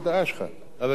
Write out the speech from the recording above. חבר הכנסת דוד רותם.